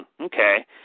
okay